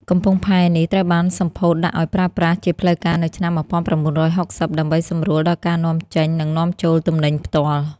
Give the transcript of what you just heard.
កំពង់ផែនេះត្រូវបានសម្ពោធដាក់ឱ្យប្រើប្រាស់ជាផ្លូវការនៅឆ្នាំ ១៩៦០ ដើម្បីសម្រួលដល់ការនាំចេញ និងនាំចូលទំនិញផ្ទាល់។